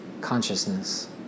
consciousness